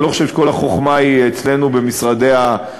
אני לא חושב שכל החוכמה היא אצלנו במשרדי הממשלה,